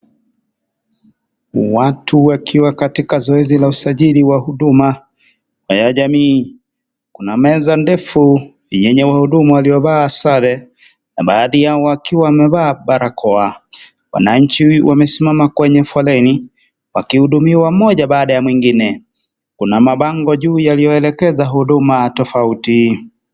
Watu wakiwa katika zoezi la usajiri wa huduma ya jamii. Kuna meza ndefu yenye wahudumu waliovaa sare na baadhi yao wakiwa wamevaa barakoa. Wananchi wamesimama kwenye foleni wakihudumiwa mmoja baada ya mwingine. Kuna mabango juu yalioelekeza huduma tofauti.